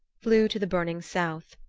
flew to the burning south.